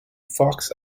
fox